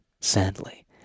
sadly